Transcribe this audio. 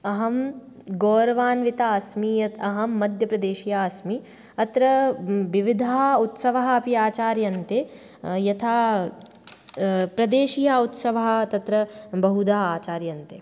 अहं गौरवान्विता अस्मि यत् अहं मध्यप्रदेशीया अस्मि अत्र विविधाः उत्सवाः अपि आचार्यन्ते यथा प्रदेशीयाः उत्सवाः तत्र बहुधा आचार्यन्ते